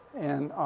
and